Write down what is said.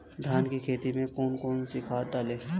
धान की खेती में कौन कौन सी खाद डालें?